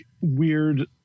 weird